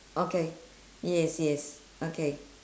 okay yes yes okay